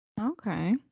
okay